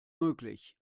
möglich